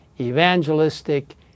evangelistic